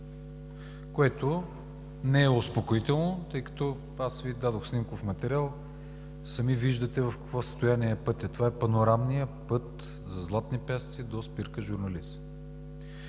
което не е успокоително, тъй като Ви дадох снимков материал – сами виждате в какво състояние е пътят. Това е панорамният път за Златни пясъци до спирка „Журналист“.